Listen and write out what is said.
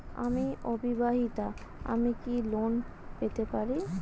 আমি অবিবাহিতা আমি কি লোন পেতে পারি?